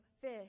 fish